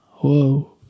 whoa